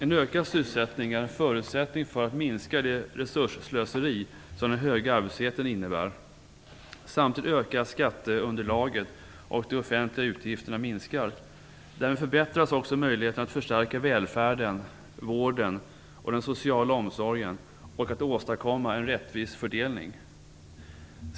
En ökad sysselsättning är en förutsättning för att minska det resursslöseri som den höga arbetslösheten innebär. Samtidigt ökar skatteunderlaget, och de offentliga utgifterna minskar. Därmed förbättras också möjligheterna att förstärka välfärden, vården och den sociala omsorgen och att åstadkomma en rättvis fördelning.